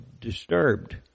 disturbed